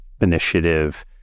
initiative